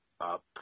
up